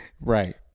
Right